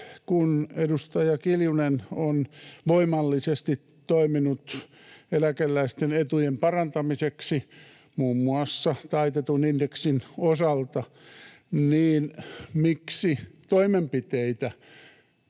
kun edustaja Kiljunen on voimallisesti toiminut eläkeläisten etujen parantamiseksi muun muassa taitetun indeksin osalta: miksi toimenpiteitä